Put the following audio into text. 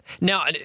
Now